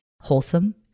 wholesome